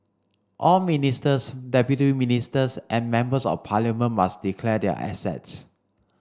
all ministers deputy ministers and members of parliament must declare their assets